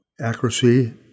accuracy